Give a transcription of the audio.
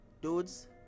dudes